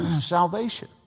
salvation